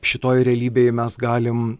šitoj realybėj mes galim